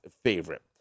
favorite